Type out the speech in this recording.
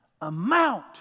amount